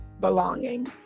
belonging